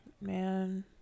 Man